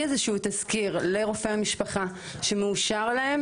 איזשהו תזכיר לרופא המשפחה שמאושר להם.